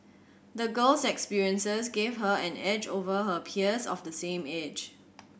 the girl's experiences gave her an edge over her peers of the same age